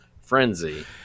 frenzy